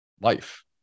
life